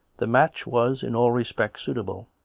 the match was in all respects suitable.